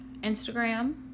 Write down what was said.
Instagram